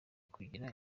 kugira